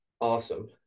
awesome